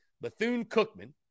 Bethune-Cookman